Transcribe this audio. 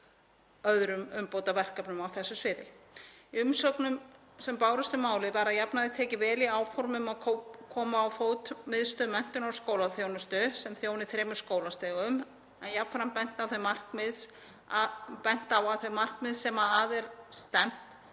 öðrum umbótaverkefnum á þessu sviði. Í umsögnum sem bárust um málið var að jafnaði tekið vel í áform um að koma á fót Miðstöð menntunar og skólaþjónustu sem þjóni þremur skólastigum en jafnframt bent á að þau markmið sem að er stefnt